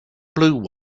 blue